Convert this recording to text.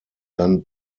then